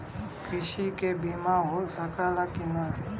कृषि के बिमा हो सकला की ना?